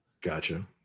Gotcha